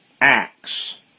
acts